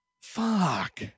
Fuck